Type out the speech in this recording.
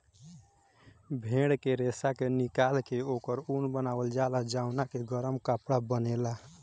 भेड़ के रेशा के निकाल के ओकर ऊन बनावल जाला जवना के गरम कपड़ा बनेला